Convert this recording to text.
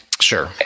Sure